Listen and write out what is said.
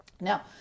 Now